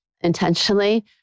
intentionally